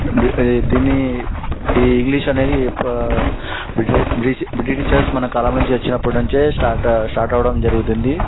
దీన్ని ఈ ఇంగ్లీష్ అనేది ఒక్క బ్రిటీషర్స్ మన కాలంలో నుంచి వచ్చినప్పటి నుంచే స్టార్ట్ స్టార్ట్ అవడం జరుగుతుంది